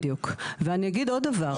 בדיוק ואני אגיד עוד דבר.